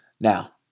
Now